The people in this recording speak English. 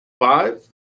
Five